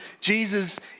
Jesus